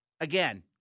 again